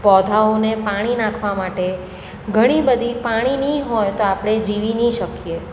પૌધાઓને પાણી નાખવા માટે ઘણી બધી પાણી નહિ હોય તો આપણે જીવી નહિ શકીએ